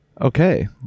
Okay